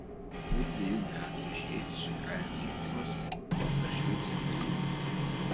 po dvejų metų išėjęs iš įkalinimo įstaigos paprašiau cepelinų